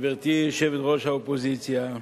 גברתי יושבת-ראש האופוזיציה,